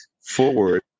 forward